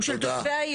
תודה.